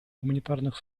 гуманитарных